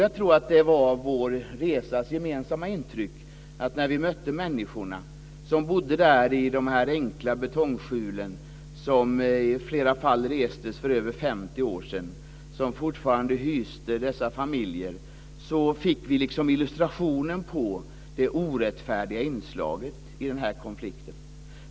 Jag tror att det var vårt gemensamma intryck på resan att vi när vi mötte människorna som bodde i de enkla betongskjulen, som i flera fall restes för över 50 år sedan och som fortfarande hyste dessa familjer, fick en illustration av det orättfärdiga inslaget i denna konflikt.